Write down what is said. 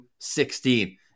16